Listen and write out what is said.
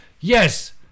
yes